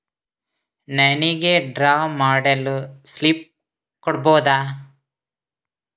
ನನಿಗೆ ಡ್ರಾ ಮಾಡಲು ಸ್ಲಿಪ್ ಕೊಡ್ಬಹುದಾ?